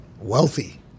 Wealthy